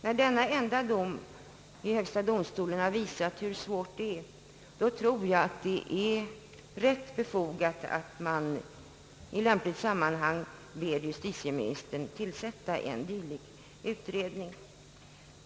När denna enda dom i HD har visat hur svårt detta är, tror jag det är ganska befogat att i lämpligt sammanhang be justitieministern att tillsätta en dylik utredning.